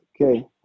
Okay